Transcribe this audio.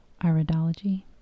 iridology